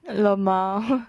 LMAO